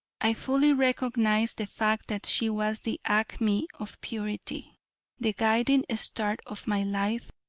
i fully recognized the fact that she was the acme of purity the guiding star of my life.